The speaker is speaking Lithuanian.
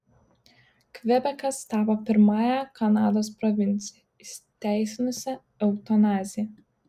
kvebekas tapo pirmąja kanados provincija įteisinusia eutanaziją